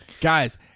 guys